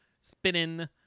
spinning